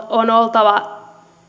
on oltava